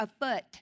afoot